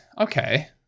Okay